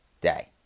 day